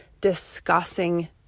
discussing